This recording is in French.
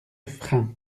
freins